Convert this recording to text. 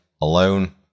alone